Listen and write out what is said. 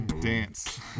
dance